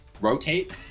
rotate